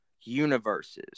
Universes